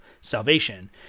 salvation